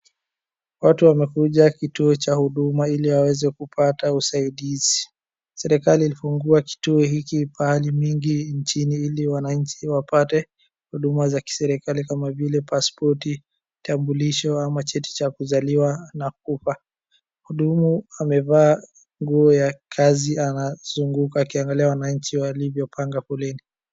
Watu wamekuja kituo cha huduma ili waweze kupata usaidizi ,serikali ilifungua kituo hiki pahali mingi nchini ili wananchi wapate huduma za kiserikali kama vile passpoti ,kitambulisho ama cheti cha kuzaliwa na kufa hudumu amevaa nguo ya kazi anazunguka akiangalia wananchi walivyopanga foleni.